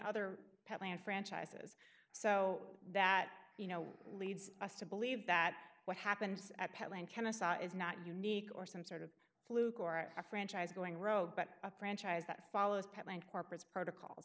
other people and franchises so that you know leads us to believe that what happened at petland kennesaw is not unique or some sort of fluke or a franchise going rogue but a franchise that follows petland corpus protocols